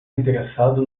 interessado